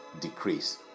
decrease